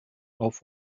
auf